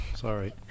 Sorry